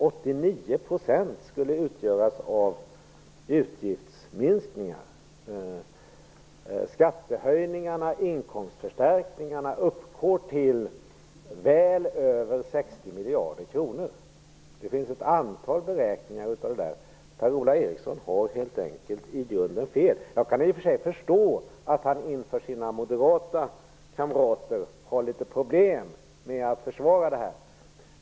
89 % Skattehöjningarna, inkomstförstärkningarna, uppgår till väl över 60 miljarder kronor. Det finns ett antal beräkningar av det. Per-Ola Eriksson har helt enkelt i grunden fel. Jag kan i och för sig förstå att han inför sina moderata kamrater har litet problem med att försvara detta.